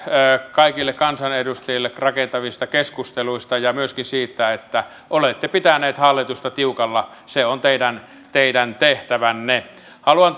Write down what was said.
kaikille kansanedustajille rakentavista keskusteluista ja myöskin siitä että olette pitäneet hallitusta tiukalla se on teidän teidän tehtävänne haluan